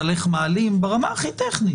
אלה הדברים שעולים גם מן המסמך של הייעוץ המשפטי